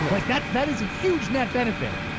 like, that that is a huge net benefit,